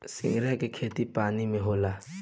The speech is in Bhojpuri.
सिंघाड़ा के खेती पानी में होला